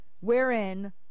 wherein